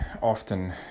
often